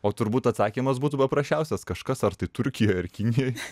o turbūt atsakymas būtų paprasčiausias kažkas ar tai turkijoj ar kinijoj